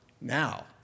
Now